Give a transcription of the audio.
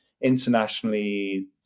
internationally